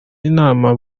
inama